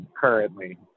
currently